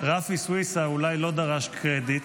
רפי סויסה אולי לא דרש קרדיט,